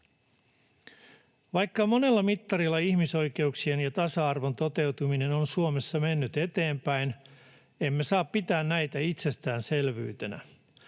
Vaikka monella mittarilla ihmisoikeuksien ja tasa-arvon toteutuminen on Suomessa mennyt eteenpäin, emme saa pitää näitä itsestäänselvyytenä.